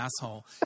asshole